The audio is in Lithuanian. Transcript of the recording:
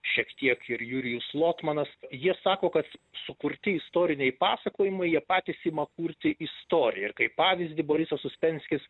šiek tiek ir jurijus lotmanas jie sako kad sukurti istoriniai pasakojimai jie patys ima kurti istoriją ir kaip pavyzdį borisas uspenskis